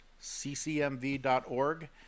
ccmv.org